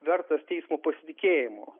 vertas teismo pasitikėjimo